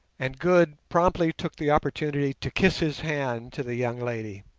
and good promptly took the opportunity to kiss his hand to the young lady.